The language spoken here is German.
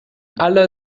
alle